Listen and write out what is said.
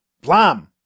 Blam